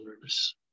nervous